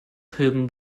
hidden